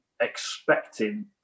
expecting